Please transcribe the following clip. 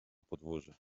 podwórze